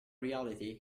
reality